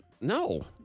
No